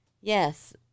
Yes